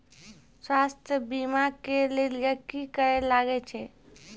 स्वास्थ्य बीमा के लेली की करे लागे छै?